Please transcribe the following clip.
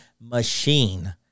machine